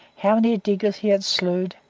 how many diggers he had slewed,